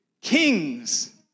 Kings